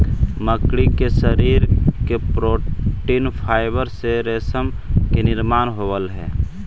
मकड़ी के शरीर के प्रोटीन फाइवर से रेशम के निर्माण होवऽ हई